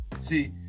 See